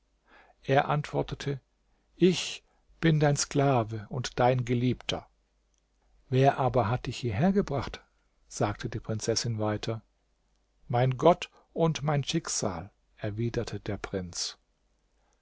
er antwortete ich bin dein sklave und dein geliebter wer aber hat dich hierher gebracht sagte die prinzessin weiter mein gott und mein schicksal erwiderte der prinz